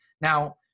Now